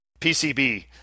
PCB